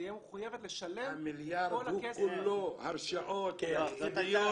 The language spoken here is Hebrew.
תהיה מחויבת לשלם את כל הכסף --- המיליארד הוא כולו הרשאות תקציביות,